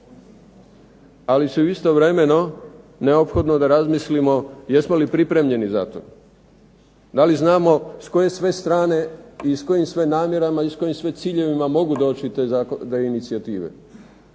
ali je istovremeno neophodno da razmislimo jesmo li pripremljeni za to. Je li znamo s koje sve strane i s kojim sve namjerama i s kojim sve ciljevima mogu doći do te inicijative.